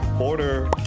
Order